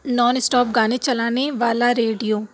naan stop گانے چلانے والا ریڈیو